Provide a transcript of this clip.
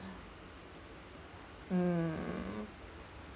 hmm